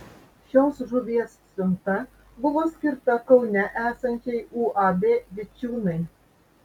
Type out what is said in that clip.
šios žuvies siunta buvo skirta kaune esančiai uab vičiūnai